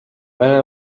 أنا